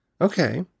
Okay